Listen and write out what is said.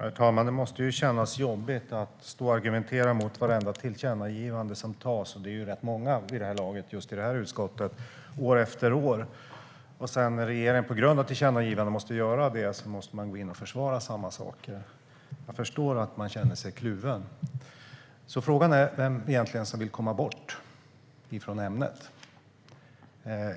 Herr talman! Det måste kännas jobbigt att stå och argumentera mot vartenda tillkännagivande. Det är ju rätt många vid det här laget, just i det här utskottet, år efter år. När sedan regeringen på grund av tillkännagivanden måste göra det så måste man gå in och försvara samma saker. Jag förstår att man känner sig kluven. Frågan är därför vem som egentligen vill komma bort från ämnet.